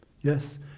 Yes